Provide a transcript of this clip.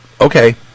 Okay